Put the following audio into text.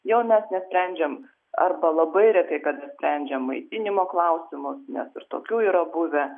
jau mes nesprendžiam arba labai retai kada sprendžiam maitinimo klausimus nes ir tokių yra buvę